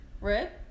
red